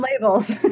labels